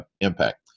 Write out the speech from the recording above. impact